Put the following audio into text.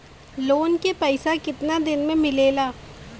Loan के पैसा कितना दिन मे मिलेला?